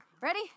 Ready